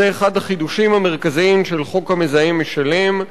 זה אחד החידושים המרכזיים של חוק המזהם משלם,